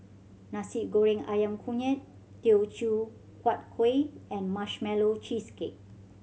Nasi Goreng Ayam Kunyit Teochew Huat Kueh and Marshmallow Cheesecake